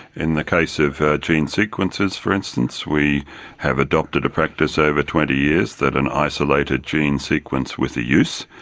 in the case of gene sequences, for instance, we have adopted a practice over twenty years that an isolated gene sequence with a use,